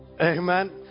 Amen